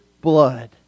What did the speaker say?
blood